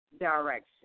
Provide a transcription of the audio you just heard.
direction